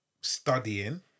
studying